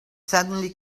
suddenly